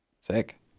sick